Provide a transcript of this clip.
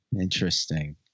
interesting